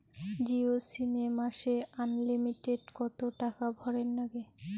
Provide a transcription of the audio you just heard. Jio SIM এ মাসে unlimited কত টাকা ভরের নাগে?